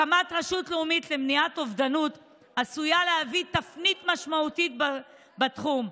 הקמת רשות לאומית למניעת אובדנות עשויה להביא תפנית משמעותית בתחום.